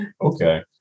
Okay